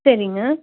சரிங்க